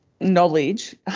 knowledge